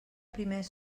primers